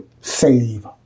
save